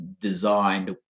designed